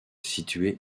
situé